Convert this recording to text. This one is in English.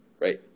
Right